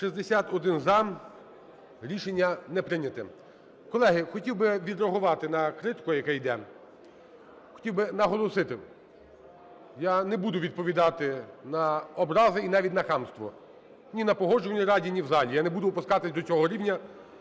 За-61 Рішення не прийняте. Колеги, хотів би відреагувати на критику, яка йде. Хотів би наголосити: я не буду відповідати на образи і навіть на хамство ні на Погоджувальній раді, ні в залі. Я не буду опускатись до цього рівня